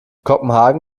kopenhagen